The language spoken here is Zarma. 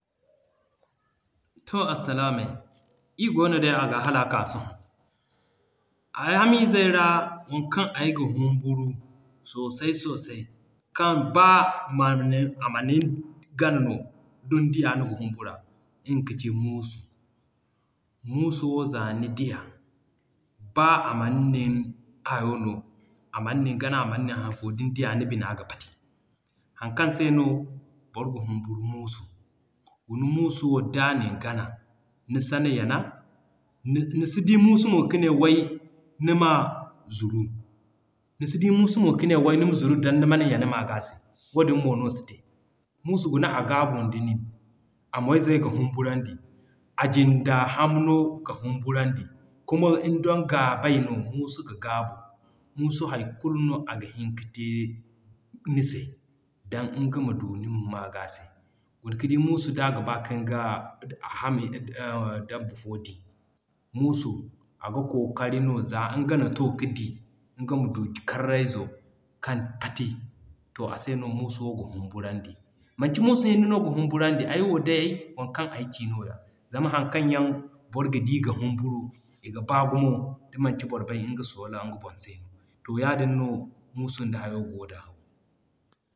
To arsilaamay, ii goono day aga hala ka k'a sohõ. Ay ham izey ra waŋ kaŋ ay ga humburu sosai sosai kaŋ b'a a maanu nin ama nin gana no din diya niga humbura nga kaci Muusu. Muusu wo z'a ni diya, b'a a mana nin hayo no a mana nin gana a mana nin hayo din diya ni bina ga pati. Haŋ kaŋ se no boro ga humburu Muusu. Guna Muusu wo d'a nin gana, ni san yana, ni si di Muusu mo ka ne way nima zuru, ni si Muusu mo gane nima zuru kaŋ don niman yana maa gaa se. Wadin mo no si te. Muusu guna a gaabun da nin, a moy zey ga humburandi, a ginda hamno ga humburandi, kuma inb don ga bay Muusu ga gaabu, Muusu ga gaabu, Muusu hay kulu no aga hin ka te ni se dan nga ma du nin maa gaa se. Guna ka di Muusu da b'a ka nga, a hami dabba fo di. Muusu aga kookari no za nga na too ka di, nga ma du karray zo kan pati. To a se no Muusu wo ga humburandi. Manci Muusu hinne no ga humburandi, ay wo day waŋ kaŋ ay ci nooya zama haŋ kaŋ yaŋ boro ga di ga humburu i ga baa gumo da manci boro bay nga soola nga boŋ se. To yaadin no Muusu da hayo goo da.